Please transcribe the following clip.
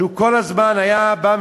שכל הזמן היה בא,